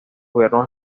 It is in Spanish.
gobiernos